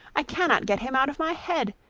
i cannot get him out of my head,